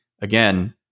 again